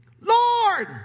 Lord